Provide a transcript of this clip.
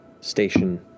station